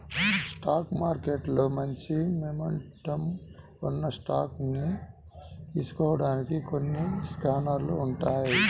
stock మార్కెట్లో మంచి momentum ఉన్న స్టాకుల్ని తెలుసుకోడానికి కొన్ని స్కానర్లు ఉంటాయ్